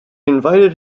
invited